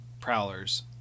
prowlers